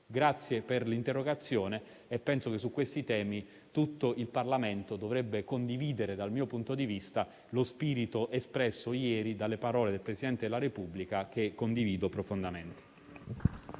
Ringrazio per l'interrogazione e penso che su questi temi tutto il Parlamento dovrebbe condividere, dal mio punto di vista, lo spirito espresso ieri nelle parole del Presidente della Repubblica, che condivido profondamente.